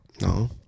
No